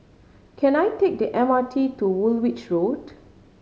can I take the M R T to Woolwich Road